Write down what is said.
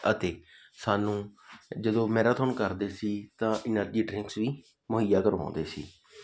ਅਤੇ ਸਾਨੂੰ ਜਦੋਂ ਮੇਰਾਥੋਨ ਕਰਦੇ ਸੀ ਤਾਂ ਐਨਰਜੀ ਡਰਿੰਕਸ ਵੀ ਮੁਹੱਈਆ ਕਰਵਾਉਂਦੇ ਸੀ